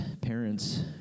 parents